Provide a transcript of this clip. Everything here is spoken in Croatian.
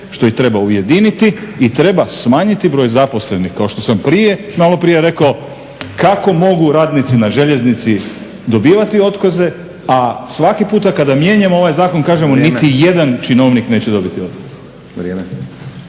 što i treba ujediniti i treba smanjiti broj zaposlenih kao što sam malo prije rekao, kako mogu radnici na željeznici dobivati otkaze, a svaki puta kada mijenjamo ovaj zakon kažemo niti jedan činovnik neće dobiti otkaz.